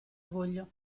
voglio